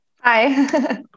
Hi